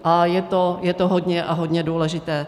A je to hodně a hodně důležité.